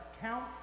count